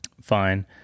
fine